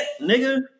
nigga